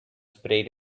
sprayed